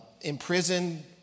imprisoned